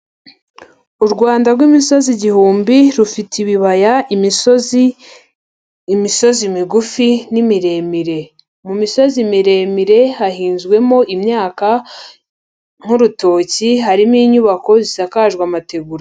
U Rwanda rw'imisozi igihumbi rufite ibibaya imisozi, imisozi migufi n'imiremire. Mu misozi miremire hahinzwemo imyaka nk'urutoki, harimo inyubako zisakajwe amategura.